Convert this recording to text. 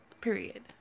Period